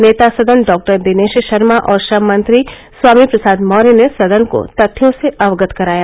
नेता सदन डॉक्टर दिनेश शर्मा और श्रम मंत्री स्वामी प्रसाद मौर्य ने सदन को तथ्यों से अवगत कराया